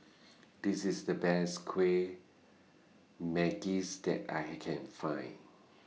This IS The Best Kueh Manggis that I Can Find